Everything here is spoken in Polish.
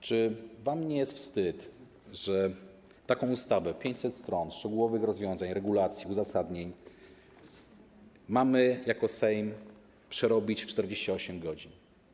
Czy wam nie jest wstyd, że taką ustawę, 500 stron szczegółowych rozwiązań, regulacji, uzasadnień, mamy jako Sejm przerobić w 48 godzin?